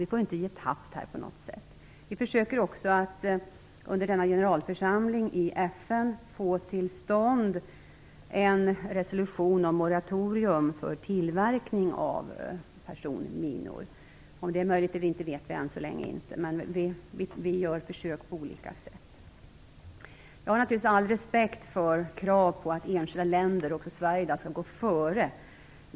Vi får på inget sätt ge tappt. Sverige försöker att under FN:s generalförsamling få till stånd en resolution om moratorium för tillverkning av personminor. Om detta är möjligt eller inte vet vi än så länge inte, men vi gör försök på olika sätt. Jag har naturligtvis all respekt för kraven på att enskilda länder, också Sverige i dag, skall gå före i denna fråga.